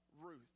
Ruth